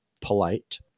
Polite